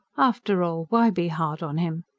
after all, why be hard on him?